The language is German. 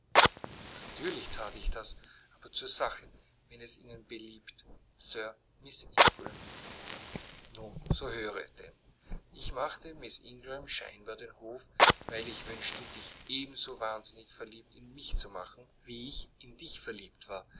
natürlich that ich das aber zur sache wenn es ihnen beliebt sir miß ingram nun so höre denn ich machte miß ingram scheinbar den hof weil ich wünschte dich ebenso wahnsinnig verliebt in mich zu machen wie ich in dich verliebt war